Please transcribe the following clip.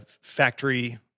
factory